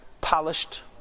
polished